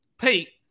Pete